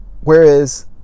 whereas